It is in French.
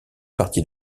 partie